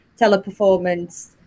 teleperformance